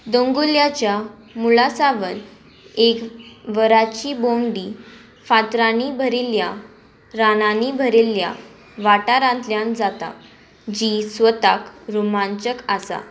दोंगुल्ल्यांच्या मुळा सावन एक वराची भोंवडी फातरांनी भरिल्ल्या रानांनी भरिल्ल्या वाठारांतल्यान जाता जी स्वताक रोमांचक आसा